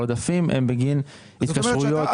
העודפים הם בגין התקשרויות חוצי שנה.